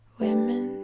women